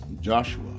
Joshua